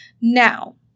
Now